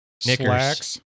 slacks